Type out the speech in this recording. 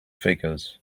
figures